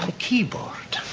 keyboard,